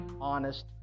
honest